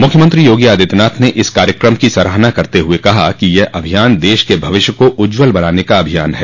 मुख्यमंत्री योगी आदित्यनाथ ने इस कार्यकम की सराहना करते हुए कहा कि यह अभियान देश के भविष्य को उज्जवल बनाने का अभियान है